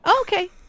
Okay